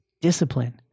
discipline